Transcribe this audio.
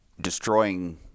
destroying